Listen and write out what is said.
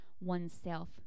oneself